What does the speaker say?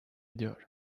ediyor